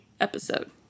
episode